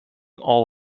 all